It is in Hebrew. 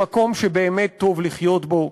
למקום שבאמת טוב לחיות בו,